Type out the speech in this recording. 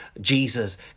Jesus